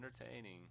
entertaining